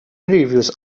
reviews